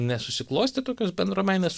nesusiklostė tokios bendruomeninės